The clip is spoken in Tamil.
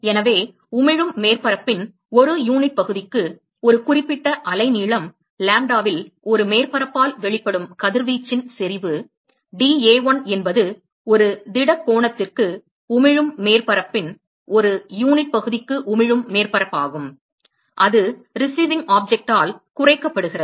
எனவே உமிழும் மேற்பரப்பின் ஒரு யூனிட் பகுதிக்கு ஒரு குறிப்பிட்ட அலை நீளம் லாம்ப்டாவில் ஒரு மேற்பரப்பால் வெளிப்படும் கதிர்வீச்சின் செறிவு dA1 என்பது ஒரு திட கோணத்திற்கு உமிழும் மேற்பரப்பின் ஒரு யூனிட் பகுதிக்கு உமிழும் மேற்பரப்பாகும் அது ரிசிவிங் ஆப்ஜெக்ட் ஆல் குறைக்கப்படுகிறது